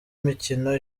mikino